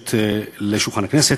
מוגשת לשולחן הכנסת.